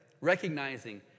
recognizing